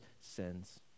sins